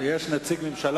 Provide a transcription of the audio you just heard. יש נציגת